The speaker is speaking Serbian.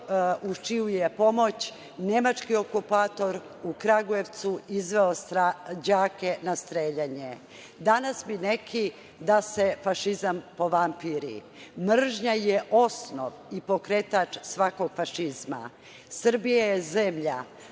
uz čiju je pomoć nemački okupator u Kragujevcu izveo đake na streljanje. Danas bi neki da se fašizam povampiri. Mržnja je osnov i pokretač svakog fašizma. Srbija je zemlja